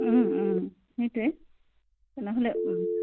সেইটোৱে তেনেহ'লে